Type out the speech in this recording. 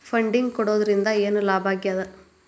Funding ಕೊಡೊದ್ರಿಂದಾ ಏನ್ ಲಾಭಾಗ್ತದ?